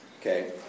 Okay